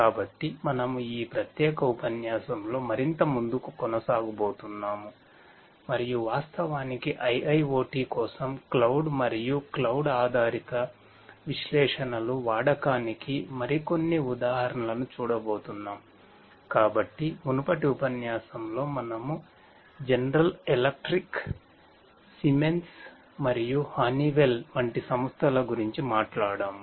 కాబట్టి మనము ఈ ప్రత్యేక ఉపన్యాసంలో మరింత ముంధుకు కొనసాగబోతున్నాము మరియు వాస్తవానికి IIoT కోసం క్లౌడ్ వంటి సంస్థల గురించి మాట్లాడాము